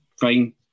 fine